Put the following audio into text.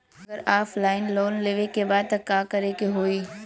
अगर offline loan लेवे के बा त का करे के होयी?